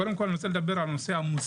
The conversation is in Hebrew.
קודם כל אני רוצה לדבר על הנושא המוסרי.